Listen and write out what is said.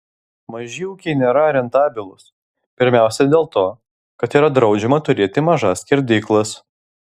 maži ūkiai nėra rentabilūs pirmiausia dėl to kad yra draudžiama turėti mažas skerdyklas